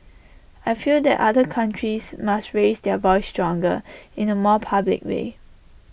I feel that other countries must raise their voice stronger in the more public way